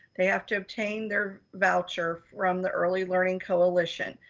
they have to obtain their voucher from the early learning coalition.